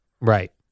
Right